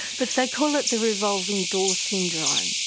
but they call it the revolving door syndrome,